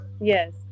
Yes